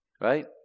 right